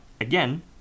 again